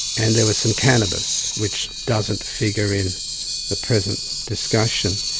and there was some cannabis, which doesn't figure in the present discussion.